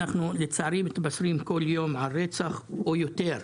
לצערי, אנחנו מתבשרים כל יום על רצח אחד או יותר.